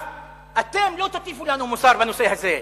אתם לא תטיפו לנו מוסר בנושא הזה,